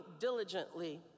diligently